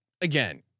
again